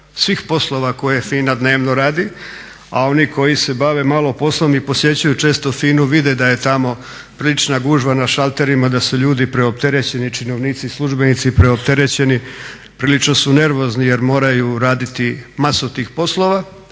svih poslova koje FINA dnevno radi a oni koji se bave malo poslom i posjećuju često FINA-u vide da je tamo prilična gužva na šalterima, da su ljudi preopterećeni činovnici i službenici, prilično su nervozni jer moraju raditi masu tih poslova,